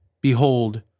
Behold